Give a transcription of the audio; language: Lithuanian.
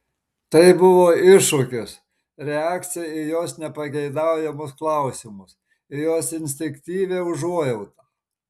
tai buvo iššūkis reakcija į jos nepageidaujamus klausimus į jos instinktyvią užuojautą